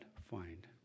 find